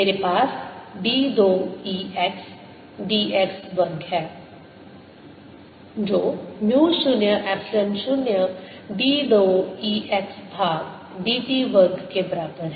मेरे पास d 2 E x d x वर्ग है जो mu 0 epsilon 0 d 2 E x भाग dt वर्ग के बराबर है